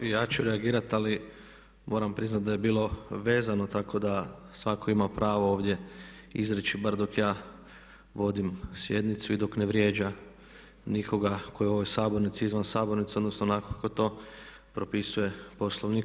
Ja ću reagirati ali moram priznati da je bilo vezano tako da svako ima pravo ovdje izreći barem dok ja vodim sjednicu i dok ne vrijeđa nikoga ko je u ovoj Sabornici, izvan sabornice, odnosno onako kako to propisuje Poslovnik.